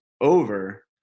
over